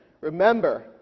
Remember